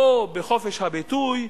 לא בחופש הביטוי,